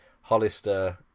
Hollister